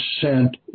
sent